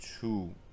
two